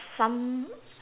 some